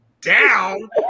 down